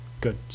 good